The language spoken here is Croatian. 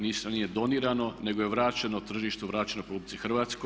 Ništa nije donirano nego je vraćeno tržištu, vraćeno RH.